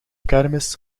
kermis